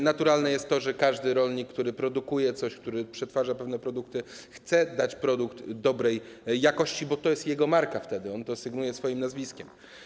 Naturalne jest to, że każdy rolnik, który produkuje coś, który przetwarza pewne produkty, chce dać produkt dobrej jakości, bo to jest wtedy jego marka, on to sygnuje swoim nazwiskiem.